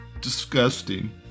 disgusting